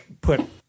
put